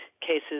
cases